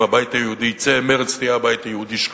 אם הבית היהודי יצא, מרצ תהיה הבית היהודי שלך.